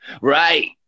right